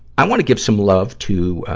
i wanna give some love to, ah,